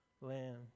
land